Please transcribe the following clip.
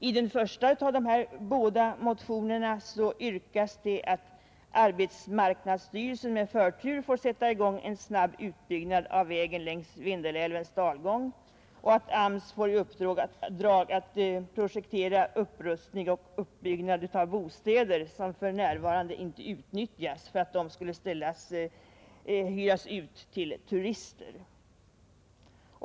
I den första av de båda motionerna yrkas att arbetsmarknadsstyrelsen med förtur får sätta i gång en snabb utbyggnad av vägen längs Vindelälvens dalgång och att AMS får i uppdrag att projektera upprustning och uppbyggnad av bostäder, som för närvarande inte utnyttjas, för uthyrning till turister.